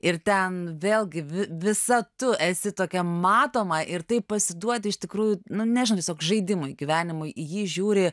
ir ten vėlgi vi visa tu esi tokia matoma ir taip pasiduodi iš tikrųjų nu nežinau tiesiog žaidimui gyvenimui į jį žiūri